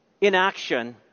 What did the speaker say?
inaction